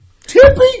Tippy